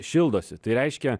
šildosi tai reiškia